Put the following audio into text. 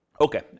Okay